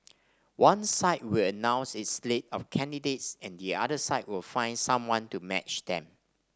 one side will announce its slate of candidates and the other side will find someone to match them